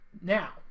Now